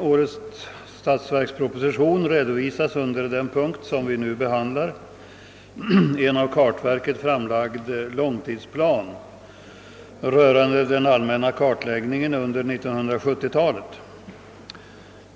årets statsverksproposition redovisas under den punkt vi nu behandlar en av kartverket framlagd långtidsplan rörande den allmänna kartläggningen under 1970-talet.